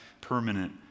permanent